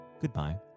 goodbye